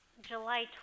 July